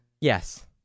Yes